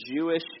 jewish